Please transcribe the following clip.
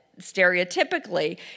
stereotypically